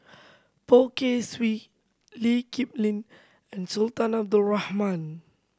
Poh Kay Swee Lee Kip Lin and Sultan Abdul Rahman